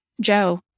Joe